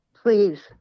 Please